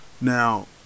Now